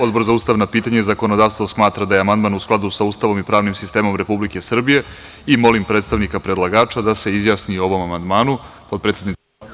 Odbor za ustavna pitanja i zakonodavstvo, smatra da je amandman u skladu sa Ustavom i pravnim sistemom Republike Srbije i molim predstavnika predlagača da se izjasni o ovom amandmanu, potpredsednik.